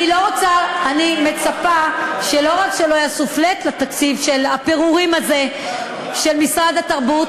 אני מצפה שלא רק שלא יעשו flat לתקציב הפירורים הזה של משרד התרבות,